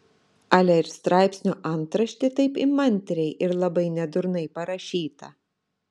ale ir straipsnio antraštė taip įmantriai ir labai nedurnai parašyta